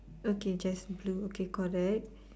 okay just blue okay correct